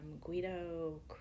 Guido